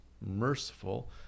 merciful